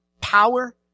power